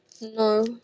No